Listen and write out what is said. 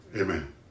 amen